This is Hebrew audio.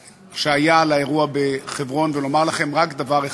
שהיה בחברון ולומר לכם רק דבר אחד: